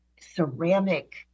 ceramic